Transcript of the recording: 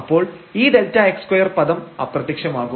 അപ്പോൾ ഈ Δx2 പദം അപ്രത്യക്ഷമാകും